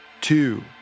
two